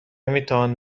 میتوانیم